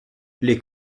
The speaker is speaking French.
les